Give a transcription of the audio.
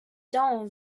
done